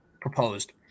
proposed